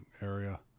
area